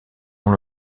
dans